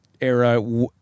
era